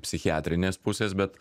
psichiatrinės pusės bet